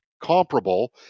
comparable